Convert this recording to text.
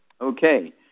Okay